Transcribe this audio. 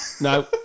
no